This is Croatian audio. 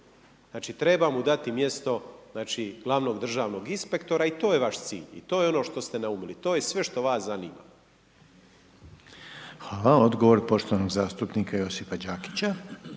Znači, treba mu dati mjesto znači glavnog državnog inspektora i to je vaš cilj i to je ono što ste naumili. To je sve što vas zanima. **Reiner, Željko (HDZ)** Hvala. Odgovor poštovanog zastupnika Josipa Đakića.